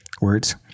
words